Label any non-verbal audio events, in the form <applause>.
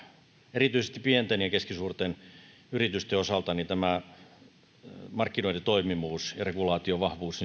erityisesti pienten ja keskisuurten yritysten osalta tämä markkinoiden toimivuus ja regulaation vahvuus <unintelligible>